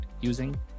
using